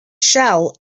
shell